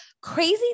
crazy